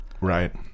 Right